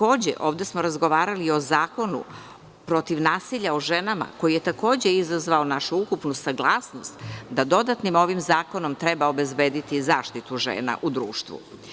Ovde smo razgovarali i o Zakonu protiv nasilja o ženama, koji je takođe izazvao našu ukupnu saglasnost da ovim dodatnim zakonom treba obezbediti zaštitu žena u društvu.